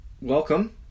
welcome